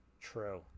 True